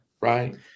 right